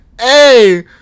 Hey